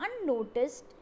unnoticed